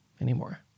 anymore